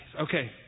okay